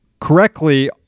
correctly